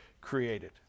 created